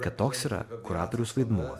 kad toks yra kuratoriaus vaidmuo